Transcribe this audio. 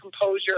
composure